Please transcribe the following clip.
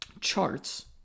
charts